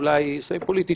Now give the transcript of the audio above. אולי סמי-פוליטית,